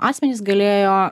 asmenys galėjo